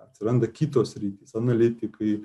atsiranda kitos sritys analitikai